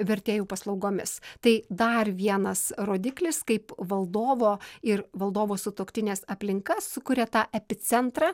vertėjų paslaugomis tai dar vienas rodiklis kaip valdovo ir valdovo sutuoktinės aplinka sukuria tą epicentrą